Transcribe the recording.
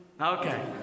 Okay